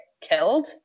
killed